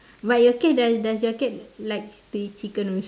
but your cat does does your cat likes to eat chicken also